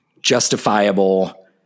justifiable